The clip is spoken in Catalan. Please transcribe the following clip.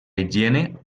higiene